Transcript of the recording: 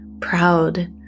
proud